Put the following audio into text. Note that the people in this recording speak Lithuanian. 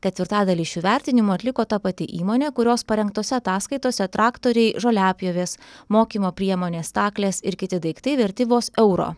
ketvirtadalį šių vertinimų atliko ta pati įmonė kurios parengtose ataskaitose traktoriai žoliapjovės mokymo priemonės staklės ir kiti daiktai verti vos euro